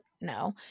no